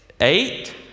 Eight